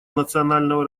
национального